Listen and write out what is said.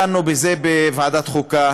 דנו בזה בוועדת חוקה